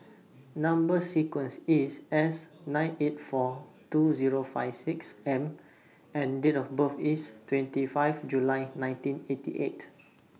Number sequence IS S nine eight four two Zero five six M and Date of birth IS twenty five July nineteen eighty eight